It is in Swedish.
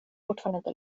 fortfarande